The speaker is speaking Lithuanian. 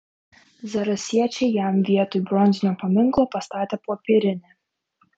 zarasiečiai jam vietoj bronzinio paminklo pastatė popierinį